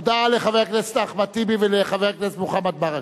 הודעה לחבר הכנסת אחמד טיבי ולחבר הכנסת מוחמד ברכה.